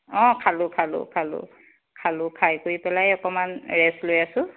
অ' খালো খালো খালোঁ খালোঁ খাই কৰি পিনে অকণমান ৰেষ্ট লৈ আছোঁ